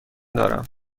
دارم